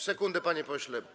Sekundę, panie pośle.